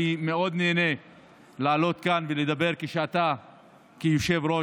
אני מאוד נהנה לעלות כאן ולדבר כשאתה כיושב-ראש